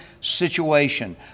situation